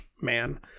man